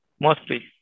Mostly